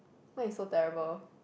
mine is so terrible